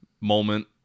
moment